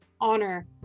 honor